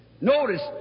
Notice